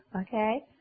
okay